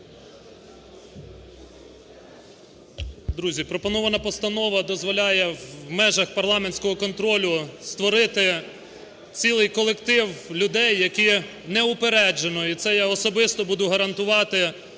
Друзі, пропонована постанова дозволяє в межах парламентського контролю створити цілий колектив людей, які неупереджено, і це я особисто буду гарантувати